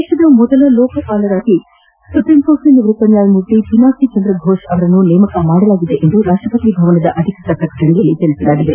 ದೇಶದ ಮೊದಲ ಲೋಕಪಾಲಕರಾಗಿ ಸುಪ್ರೀಂ ಕೋರ್ಟ್ನ ನಿವೃತ್ತ ನ್ಯಾಯಮೂರ್ತಿ ಪಿನಾಕಿ ಚಂದ್ರ ಘೋಷ್ ಅವರನ್ನು ನೇಮಕ ಮಾಡಲಾಗಿದೆ ಎಂದು ರಾಷ್ಸಪತಿ ಭವನದ ಅಧಿಕೃತ ಪ್ರಕಟಣೆ ತಿಳಿಬದೆ